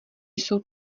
jsou